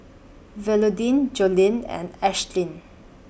Willodean Joellen and Ashtyn